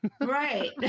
right